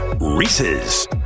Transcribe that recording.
reese's